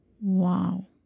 Wow